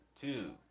two